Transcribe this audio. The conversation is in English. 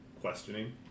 questioning